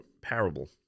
Parable